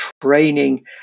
training